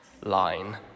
line